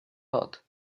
art